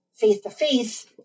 face-to-face